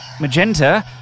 Magenta